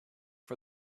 for